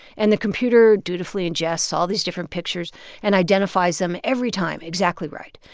and the computer dutifully ingests all these different pictures and identifies them every time exactly right.